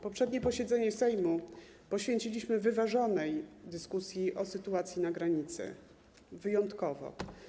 Poprzednie posiedzenie Sejmu poświęciliśmy wyważonej dyskusji o sytuacji na granicy, wyjątkowo.